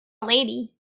lady